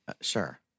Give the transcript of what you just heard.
Sure